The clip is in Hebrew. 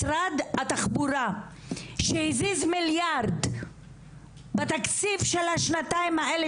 משרד התחבורה שהזיז מיליארד בתקציב של השנתיים האלה